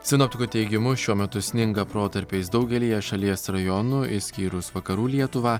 sinoptikų teigimu šiuo metu sninga protarpiais daugelyje šalies rajonų išskyrus vakarų lietuvą